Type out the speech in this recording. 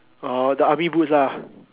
orh the army boots ah